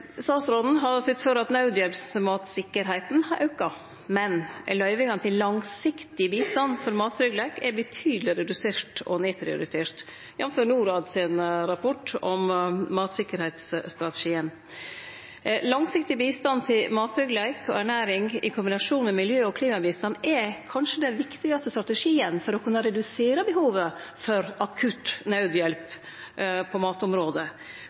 Statsråden har sytt for at naudhjelpsmattryggleiken har auka, men løyvingane til langsiktig bistand til mattryggleik er betydeleg reduserte og nedprioriterte, jf. rapporten frå Norad om mattryggleiksstrategien. Langsiktig bistand til mattryggleik og ernæring i kombinasjon med miljø- og klimabistand er kanskje den viktigaste strategien for å kunne redusere behovet for akutt naudhjelp på